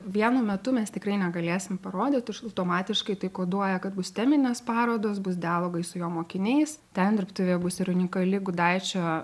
vienu metu mes tikrai negalėsim parodyt automatiškai tai koduoja kad bus teminės parodos bus dialogai su jo mokiniais ten dirbtuvėje bus ir unikali gudaičio